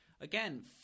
again